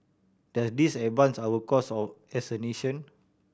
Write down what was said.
does this advance our cause of as a nation